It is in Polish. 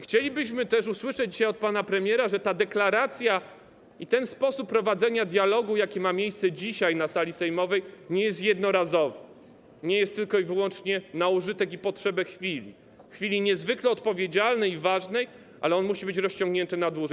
Chcielibyśmy też usłyszeć dzisiaj od pana premiera, że ta deklaracja i ten sposób prowadzenia dialogu, jaki ma miejsce dzisiaj na sali sejmowej, nie jest jednorazowy, nie jest tylko i wyłącznie na użytek i potrzebę chwili, chwili niezwykle odpowiedzialnej i ważnej, ale on musi być rozciągnięty na dłużej.